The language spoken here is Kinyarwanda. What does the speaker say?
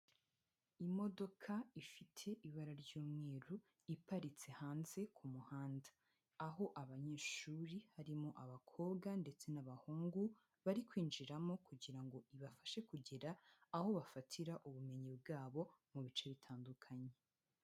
Imodoka ifite ibara ry'umweru iparitse hanze ku muhanda, aho abanyeshuri harimo abakobwa ndetse n'abahungu bari kwinjiramo kugira ngo ibafashe kugera aho bafatira ubumenyi bwabo mu bice bitandukanye.